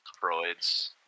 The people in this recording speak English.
Freud's